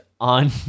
on